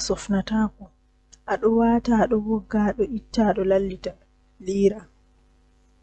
sappo.